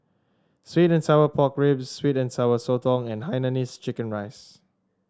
sweet and Sour Pork Ribs sweet and Sour Sotong and Hainanese Chicken Rice